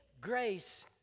grace